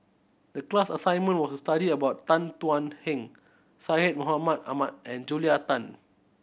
the class assignment was to study about Tan Thuan Heng Syed Mohamed Ahmed and Julia Tan